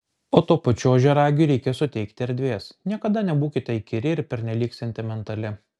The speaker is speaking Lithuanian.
o tuo pačiu ožiaragiui reikia suteikti erdvės niekada nebūkite įkyri ir pernelyg sentimentali